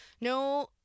No